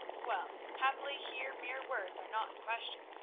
well, happily here mere words are not in question.